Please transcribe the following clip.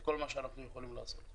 כל מה שאנחנו יכולים לעשות.